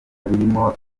birimo